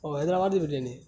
او حیدرآبادی بریانی ہے